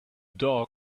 dog